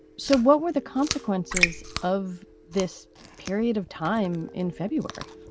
so what were the consequences of this period of time in february?